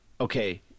okay